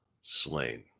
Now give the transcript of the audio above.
slain